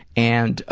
and, ah,